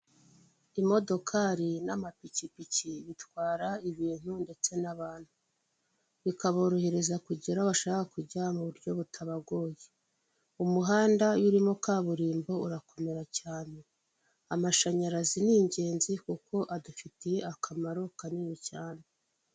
Imodokari n'amapikipiki bitwara ibintu ndetse n'abantu. Bikaborohereza kugera aho bashakaga kujya mu buryo butabagoye. Umuhanda iyo urimo kaburimbo urakomera cyane. Amashanyarazi ni ingenzi kuko adufitiye akamaro kanini cyane.